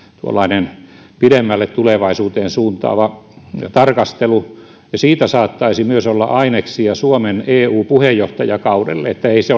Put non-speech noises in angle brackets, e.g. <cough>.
tuollainen pidemmälle tulevaisuuteen suuntaava tarkastelu ja siitä saattaisi myös olla aineksia suomen eu puheenjohtajakaudelle jotta se <unintelligible>